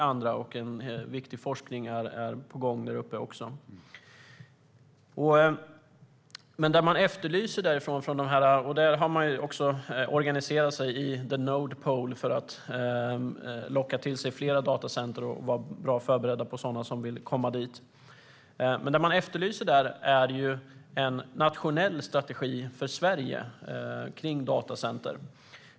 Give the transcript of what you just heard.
En viktig forskning är på gång där uppe också. Man har organiserat sig i The Node Pole för att locka till sig fler datacenter och vara väl förberedd på sådana som vill komma dit, men det man efterlyser är en nationell strategi för Sverige kring datacenter.